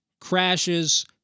crashes